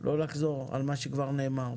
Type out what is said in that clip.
לא לחזור על מה שכבר נאמר.